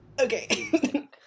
Okay